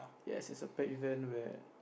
yes it's a pet event where